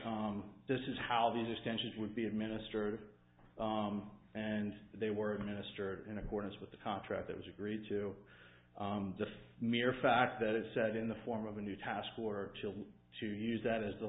this is how these extensions would be administered and they were administered in accordance with the contract that was agreed to the mere fact that it said in the form of a new task for children to use that as the